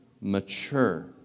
mature